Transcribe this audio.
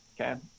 Okay